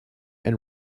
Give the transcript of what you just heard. and